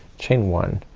chain one,